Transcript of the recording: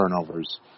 turnovers